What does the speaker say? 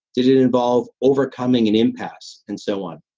did it involve overcoming an impasse? and so on.